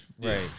Right